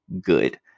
good